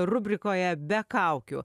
rubrikoje be kaukių